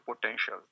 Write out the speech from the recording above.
potential